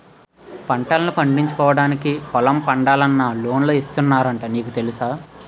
పంటల్ను పండించుకోవడానికి పొలం పండాలన్నా లోన్లు ఇస్తున్నారట నీకు తెలుసా?